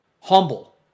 Humble